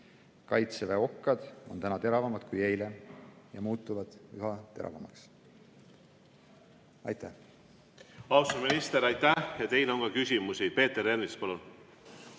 Kaitseväe okkad on täna teravamad kui eile ja muutuvad üha teravamaks. Aitäh!